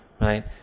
right